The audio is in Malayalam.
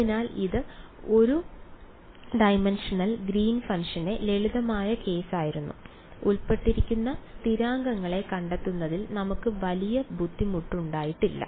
അതിനാൽ ഇത് ഒരു ഡൈമൻഷണൽ ഗ്രീൻ ഫംഗ്ഷന്റെ one dimensional Green's function ലളിതമായ കേസായിരുന്നു ഉൾപ്പെട്ടിരിക്കുന്ന സ്ഥിരാംഗങ്ങളെ കണ്ടെത്തുന്നതിൽ നമുക്ക് വലിയ ബുദ്ധിമുട്ടുണ്ടായില്ല